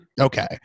okay